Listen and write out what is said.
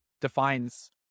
defines